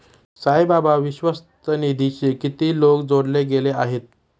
साईबाबा विश्वस्त निधीशी किती लोक जोडले गेले आहेत?